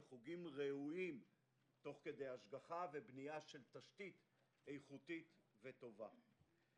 וחוגים ראויים תוך כדי השגחה ובניית תשתית איכותית וטובה.